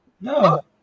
No